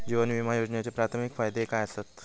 जीवन विमा योजनेचे प्राथमिक फायदे काय आसत?